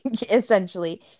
essentially